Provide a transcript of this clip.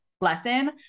lesson